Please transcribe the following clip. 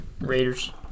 Raiders